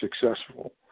successful